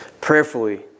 Prayerfully